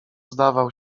zdawał